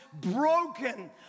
broken